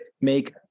Make